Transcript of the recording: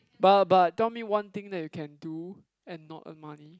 but but tell me one thing that you can do and not earn money